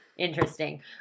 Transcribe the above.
interesting